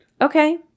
Okay